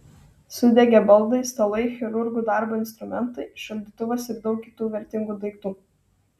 sudegė baldai stalai chirurgų darbo instrumentai šaldytuvas ir daug kitų vertingų daiktų